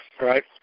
right